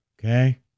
Okay